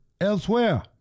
elsewhere